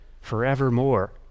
forevermore